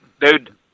Dude